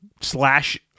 slash